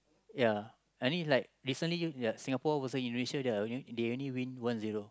ya I think is like Singapore versus Indonesia they only win one zero lah